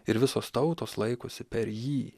ir visos tautos laikosi per jį